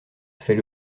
fait